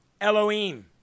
Elohim